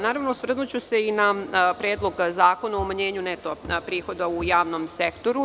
Naravno, osvrnuću se i na Predlog zakona o umanjenju nato prihoda u javnom sektoru.